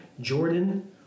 Jordan